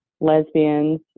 lesbians